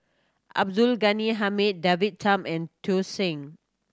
Abdul Ghani Hamid David Tham and Tsung